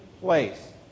place